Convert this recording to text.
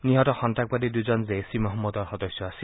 নিহত সন্তাসবাদী দুজন জেইচ ই মহম্মদৰ সদস্য আছিল